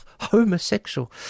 homosexual